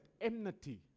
enmity